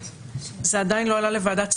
זה עדיין לא עלה לוועדת השרים,